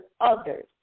others